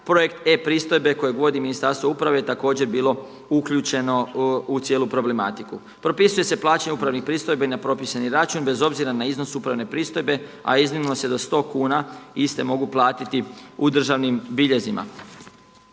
projekt e-pristojbe kojeg vodi Ministarstvo uprave također bilo uključeno u cijelu problematiku. Propisuje se plaćanje upravnih pristojbi na propisani račun bez obzira na iznos upravne pristojbe a iznimno se do 100 kuna iste mogu platiti u državnim biljezima.